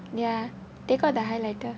ya take out the highlighter